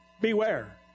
Beware